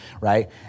right